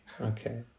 Okay